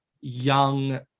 young